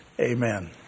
amen